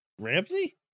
Ramsey